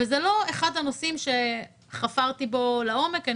זה לא אחד הנושאים שחפרתי בו לעומק.